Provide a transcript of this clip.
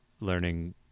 learning